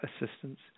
assistance